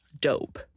Dope